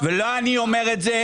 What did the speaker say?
לא אני אומר את זה.